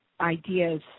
ideas